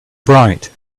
bright